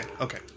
okay